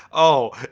oh.